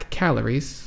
calories